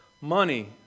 money